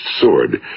sword